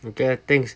okay ah thanks